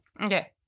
Okay